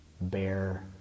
bear